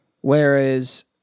Whereas